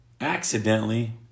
accidentally